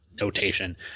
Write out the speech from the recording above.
notation